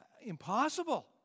Impossible